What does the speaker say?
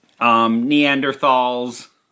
Neanderthals